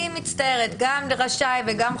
אני מצטערת, גם רשאי וגם חובה,